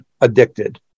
addicted